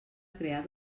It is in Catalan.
crear